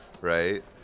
right